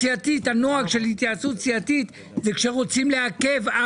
הנוהל הוא לחכות.